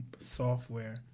software